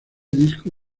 disco